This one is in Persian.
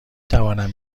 توانم